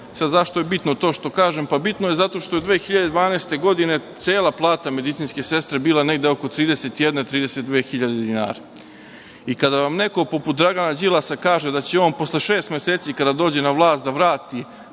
itd. Zašto je bitno to što kažem? Bitno je zato što je 2012. godine cela plata medicinske sestre bila oko 31, 32 hiljade dinara. Kada vam neko, poput Dragana Đilasa, kaže da će posle šest meseci, kada dođe na vlast, da vrati